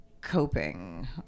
Coping